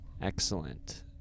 Excellent